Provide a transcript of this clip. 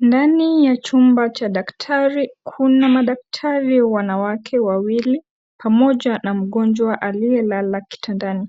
Ndani ya chumba cha daktari kuna madaktari wanawake wawili pamoja na mgonjwa aliye lala kitandani,